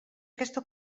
aquesta